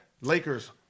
Lakers